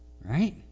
right